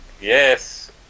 Yes